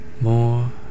More